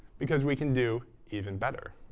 because we can do even better.